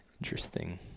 Interesting